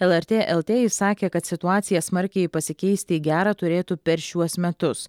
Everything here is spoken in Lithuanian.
lrt lt jis sakė kad situacija smarkiai pasikeisti į gera turėtų per šiuos metus